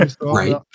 right